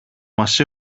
μας